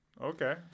okay